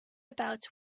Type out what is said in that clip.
about